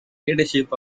leadership